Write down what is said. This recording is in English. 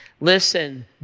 Listen